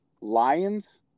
Lions